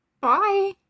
Bye